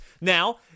Now